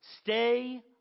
Stay